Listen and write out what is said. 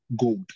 gold